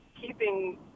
keeping